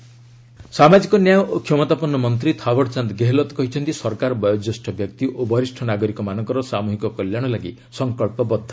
ଓଲର person ସାମାଜିକ ନ୍ୟାୟ ଓ କ୍ଷମତାପନ୍ନ ମନ୍ତ୍ରୀ ଥାଓଡ୍ ଚାନ୍ଦ ଗେହେଲତ୍ କହିଛନ୍ତି ସରକାର ବୟୋଜ୍ୟେଷ୍ଠ ବ୍ୟକ୍ତି ଓ ବରିଷ୍ଣ ନାଗରିକମାନଙ୍କର ସାମ୍ରହିକ କଲ୍ୟାଣ ଲାଗି ସଂକଳ୍ପବଦ୍ଧ